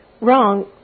wrong